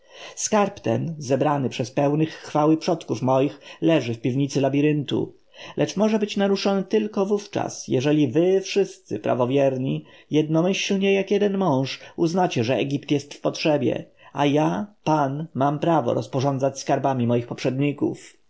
skarb ten zebrany przez pełnych chwały przodków moich leży w piwnicy labiryntu lecz może być naruszony tylko wówczas jeżeli wy wszyscy prawowierni jednomyślnie jak jeden mąż uznacie że egipt jest w potrzebie a ja pan mam prawo rozporządzać skarbami moich poprzedników